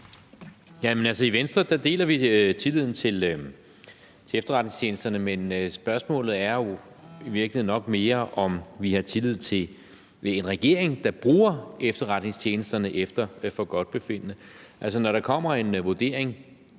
i Venstre deler vi tilliden til efterretningstjenesterne, men spørgsmålet er jo i virkeligheden nok mere, om vi har tillid til en regering, der bruger efterretningstjenesterne efter forgodtbefindende. Altså, når der kommer en vurdering,